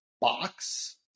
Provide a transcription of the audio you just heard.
box